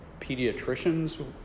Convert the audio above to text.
pediatricians